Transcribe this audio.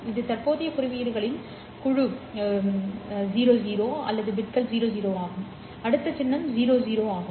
இது தற்போதைய குறியீடுகளின் குழு 00 அல்லது பிட்கள் 00 ஆகும் அடுத்த சின்னம் 00 ஆகும்